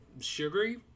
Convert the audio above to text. sugary